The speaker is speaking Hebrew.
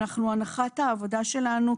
הנחת העבודה שלנו,